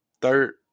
Third